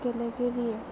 गेलेगिरि